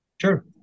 Sure